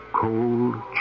cold